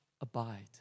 abide